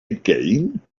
again